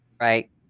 right